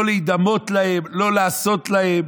לא להידמות להם, לא לעשות להם,